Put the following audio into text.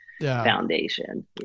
foundation